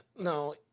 No